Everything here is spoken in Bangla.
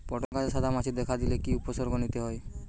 পটল গাছে সাদা মাছি দেখা দিলে কি কি উপসর্গ নিতে হয়?